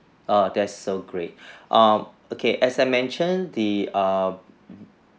err that's so great err okay as I mentioned the err